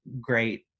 great